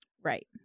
Right